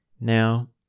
Now